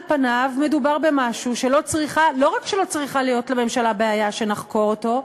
על פניו מדובר במשהו שלא רק שלא צריכה להיות לממשלה בעיה שנחקור אותו,